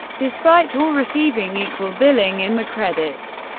despite all receiving equal billing in the credits,